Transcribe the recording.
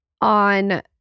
on